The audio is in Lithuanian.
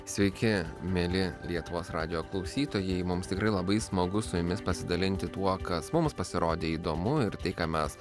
sveiki mieli lietuvos radijo klausytojai mums tikrai labai smagu su jumis pasidalinti tuo kas mums pasirodė įdomu ir tai ką mes